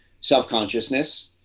self-consciousness